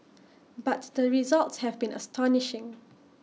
but the results have been astonishing